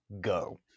Go